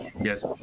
Yes